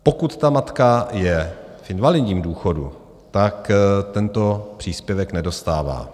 Pokud ta matka je v invalidním důchodu, tento příspěvek nedostává.